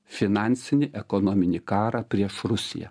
finansinį ekonominį karą prieš rusiją